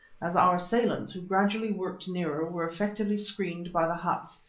as our assailants, who gradually worked nearer, were effectively screened by the huts,